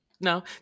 no